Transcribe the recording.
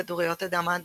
בכדוריות הדם האדומות,